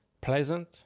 pleasant